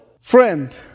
friend